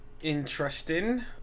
Interesting